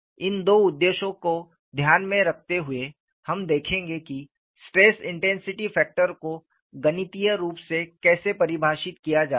इन दो उद्देश्यों को ध्यान में रखते हुए हम देखेंगे किस्ट्रेस इंटेंसिटी फैक्टर को गणितीय रूप से कैसे परिभाषित किया जाता है